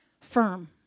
Firm